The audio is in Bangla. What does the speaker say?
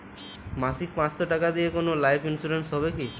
মাসিক পাঁচশো টাকা দিয়ে কোনো লাইফ ইন্সুরেন্স হবে কি?